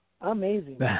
Amazing